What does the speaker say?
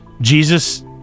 Jesus